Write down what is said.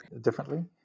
differently